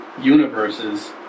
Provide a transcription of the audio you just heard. universes